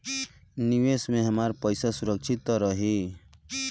निवेश में हमार पईसा सुरक्षित त रही?